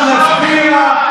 אנחנו נצביע.